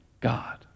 God